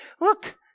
Look